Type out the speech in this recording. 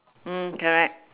hmm correct